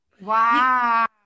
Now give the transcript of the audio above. Wow